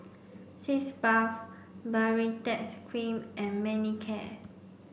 Sitz Bath Baritex Cream and Manicare